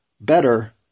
better